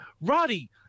Roddy